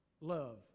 love